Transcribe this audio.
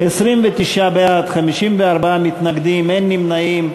29 בעד, 54 מתנגדים, ואין נמנעים.